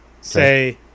Say